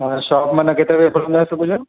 तव्हांजो शॉप मन केतिरे बजे खुलंदो आहे सुबुह जो